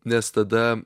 nes tada